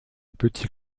petit